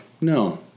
no